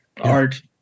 art